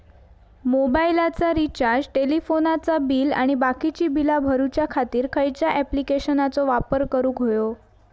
मोबाईलाचा रिचार्ज टेलिफोनाचा बिल आणि बाकीची बिला भरूच्या खातीर खयच्या ॲप्लिकेशनाचो वापर करूक होयो?